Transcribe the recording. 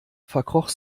verkroch